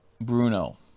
Bruno